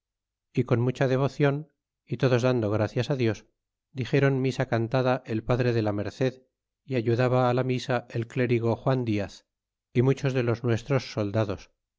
y con mucha devo cion y todos dando gracias á dios dixéron misa cantada el padre de la merced y ayudaba la misa el clérigo juan diaz y muchos de los nuestros soldados